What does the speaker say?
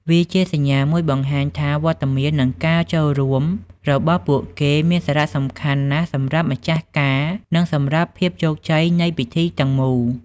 វាជាសញ្ញាមួយបង្ហាញថា វត្តមាន និងការចូលរួមរបស់ពួកគេមាន សារៈសំខាន់ ណាស់សម្រាប់ម្ចាស់ការ និងសម្រាប់ភាពជោគជ័យនៃពិធីទាំងមូល។